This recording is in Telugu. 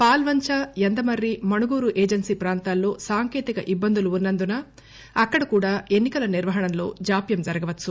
పాల్వంచ యందమర్రి మణుగూరు ఏజెన్సీ ప్రాంతాల్లో సాంకేతిక ఇబ్బందులు ఉన్న ందున అక్కడ కూడా ఎన్ని కల నిర్వహణలో జాప్యం జరగవచ్చు